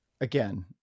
again